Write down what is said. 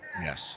Yes